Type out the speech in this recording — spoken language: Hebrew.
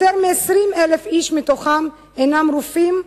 יותר מ-20,000 איש מתוכה הם רופאים,